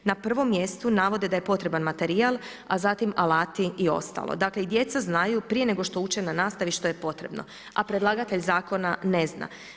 Na prvom mjestu navode da je potreban materijal a zatim alati i ostalo, dakle i djeca znaju prije nego uče na nastavi što je potrebno a predlagatelj zakona ne zna.